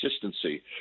consistency